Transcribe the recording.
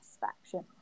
satisfaction